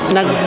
Nag